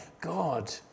God